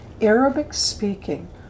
Arabic-speaking